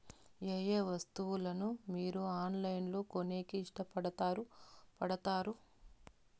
ఏయే వస్తువులను మీరు ఆన్లైన్ లో కొనేకి ఇష్టపడుతారు పడుతారు?